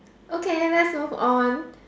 okay let's move on